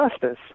justice